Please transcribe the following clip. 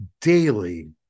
daily